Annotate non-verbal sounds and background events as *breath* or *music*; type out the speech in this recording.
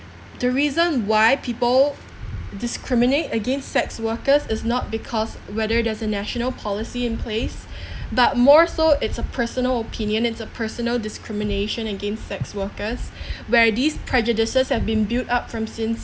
the reason why people discriminate against sex workers is not because whether there's as a national policy in place *breath* but more so it's a personal opinion it's a personal discrimination against sex workers where these prejudices have been built up from since